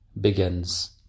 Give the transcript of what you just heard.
begins